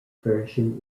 version